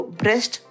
breast